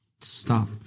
Stop